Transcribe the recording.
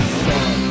sun